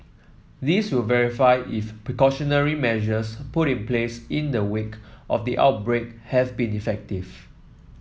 this will verify if precautionary measures put in place in the wake of the outbreak has been effective